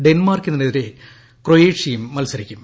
ഡെൻമാർക്കിനെതിരെ ക്രോയേഷ്യയും മൽസരിക്കും